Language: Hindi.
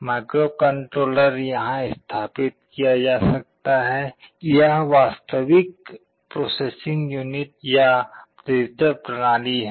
माइक्रोकंट्रोलर यहां स्थापित किया जा सकता है इस वास्तविक प्रोसेसिंग यूनिट या डिजिटल प्रणाली है